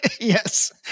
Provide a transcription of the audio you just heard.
Yes